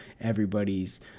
everybody's